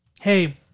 Hey